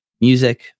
music